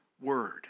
word